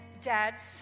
dads